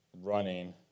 running